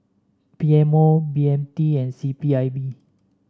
P M O B M T and C P I B